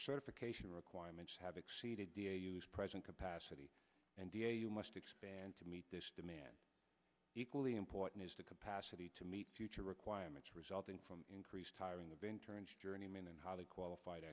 certification requirements have exceeded dia use present capacity and v a you must expand to meet this demand equally important is the capacity to meet future requirements resulting from increased hiring of interns journeymen and highly qualified